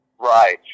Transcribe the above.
Right